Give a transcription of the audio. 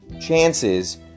chances